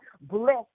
bless